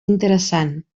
interessant